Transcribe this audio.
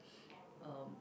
um